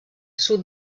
sud